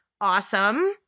awesome